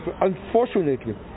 unfortunately